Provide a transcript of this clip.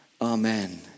Amen